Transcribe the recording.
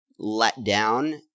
letdown